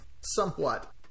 somewhat